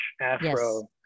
afro